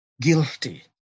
guilty